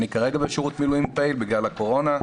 אני כרגע בשירות מילואים פעיל בגלל הקורונה.